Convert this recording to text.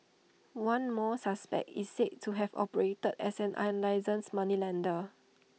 one more suspect is said to have operated as an unlicensed moneylender